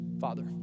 Father